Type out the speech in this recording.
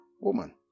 woman